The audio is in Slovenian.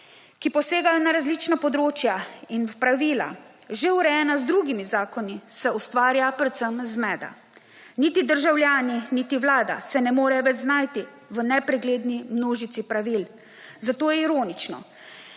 ki posegajo na različna področja in pravila že urejena z drugimi zakoni se ustvarja predvsem zmeda. Niti državljani niti Vlada se ne morejo več znajti v nepregledni množici pravil, zato ironično,